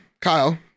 Kyle